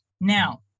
Now